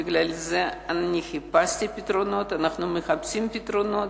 לכן חיפשתי פתרונות, אנחנו מחפשים פתרונות.